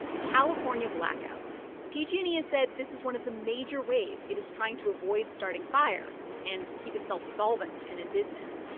california blackouts pg and e has said this is one of the major ways it is trying to avoid starting fires and keep itself solvent and in business.